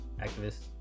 activist